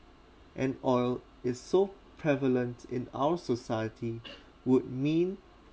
and oil is so prevalent in our society would mean